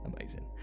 Amazing